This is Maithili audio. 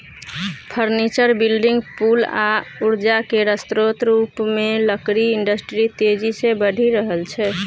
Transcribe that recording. फर्नीचर, बिल्डिंग, पुल आ उर्जा केर स्रोत रुपमे लकड़ी इंडस्ट्री तेजी सँ बढ़ि रहल छै